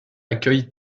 accueillent